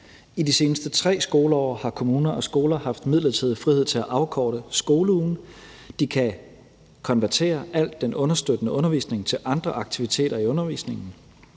I de seneste tre skoleår har kommuner og skoler haft midlertidig frihed til at afkorte skoleugen. De kan konvertere al den understøttende undervisning til andre aktiviteter i undervisningen.